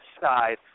side